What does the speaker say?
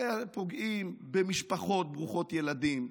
הרי פוגעים במשפחות ברוכות ילדים.